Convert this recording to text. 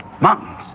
Mountains